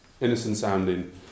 innocent-sounding